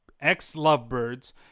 ex-lovebirds